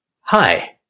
hi